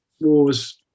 wars